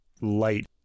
light